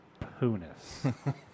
punis